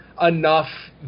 enough